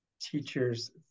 teachers